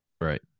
Right